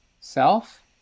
self